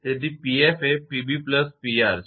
તેથી 𝑃𝑓 એ 𝑃𝑏𝑃𝑅 બરાબર છે